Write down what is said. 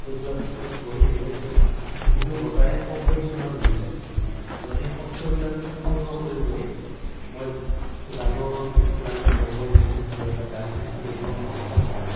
সেইবিলাকত বহি থাকিলে তেওঁ মৃদু বতাহে শব্দ কিছুমান দি যায় আৰু সেই শব্দবিলাক সংগ্ৰহ কৰি পেলাই মই গানৰ লাইনত বহুৱাই দিওঁ আৰু এটা গান সৃষ্টি কৰিব মই সক্ষম হওঁ